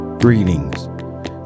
Greetings